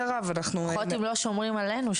לפחות אם לא שומרים עלינו,